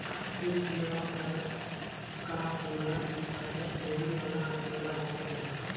कुछ जगह पर का होला की कर्जा देबे वाला अकेला होखेला